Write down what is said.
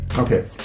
okay